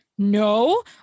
No